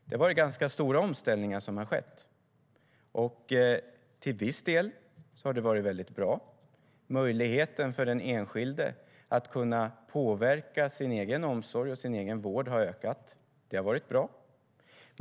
Det har skett ganska stora omställningar. Till viss del har de varit bra. Möjligheten för den enskilde att påverka sin egen omsorg och vård har ökat, och det är bra.